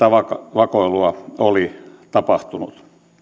vakoilua oli tapahtunut